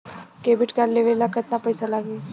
Debit card लेवे ला केतना पईसा लागी?